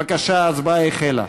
בבקשה, ההצבעה החלה.